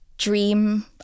dream